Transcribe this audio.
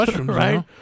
right